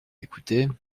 écouter